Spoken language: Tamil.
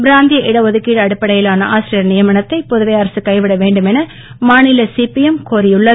பிராந்திய இடஒதுக்கீடு அடிப்படையிலான ஆசிரியர் நியமனத்தை புதுவை அரசு கைவிட வேண்டுமென மாநில சிபிஎம் கோரியுள்ளது